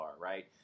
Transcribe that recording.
right